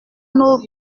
nos